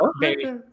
baby